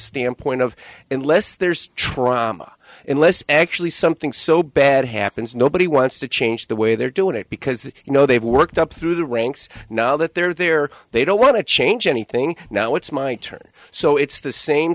standpoint of unless there's trauma unless actually something so bad happens nobody wants to change the way they're doing it because you know they've worked up through the ranks now that they're there they don't want to change anything now it's my turn so it's the same